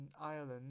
Ireland